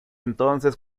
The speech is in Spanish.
entonces